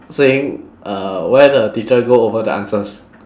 seeing uh where the teacher go over the answers